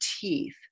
teeth